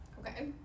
Okay